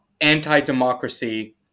anti-democracy